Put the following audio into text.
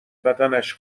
بدنش